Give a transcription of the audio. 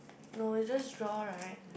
no is just draw right